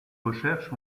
recherches